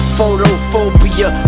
Photophobia